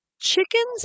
Chickens